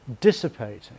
dissipating